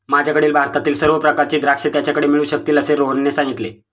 माझ्याकडील भारतातील सर्व प्रकारची द्राक्षे त्याच्याकडे मिळू शकतील असे रोहनने सांगितले